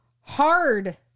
hard